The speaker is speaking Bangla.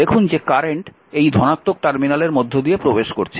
দেখুন যে কারেন্ট এই ধনাত্মক টার্মিনালের মধ্য দিয়ে প্রবেশ করছে